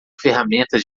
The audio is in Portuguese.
ferramentas